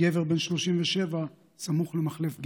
גבר בן 37, סמוך למחלף גדרה.